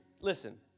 Listen